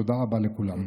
תודה רבה לכולם.